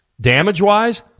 damage-wise